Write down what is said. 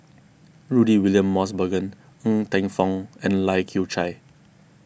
Rudy William Mosbergen Ng Teng Fong and Lai Kew Chai